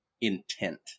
intent